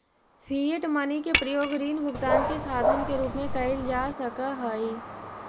fiat money के प्रयोग ऋण भुगतान के साधन के रूप में कईल जा सकऽ हई